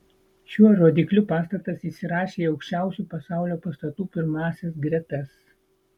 šiuo rodikliu pastatas įsirašė į aukščiausių pasaulio pastatų pirmąsias gretas